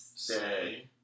say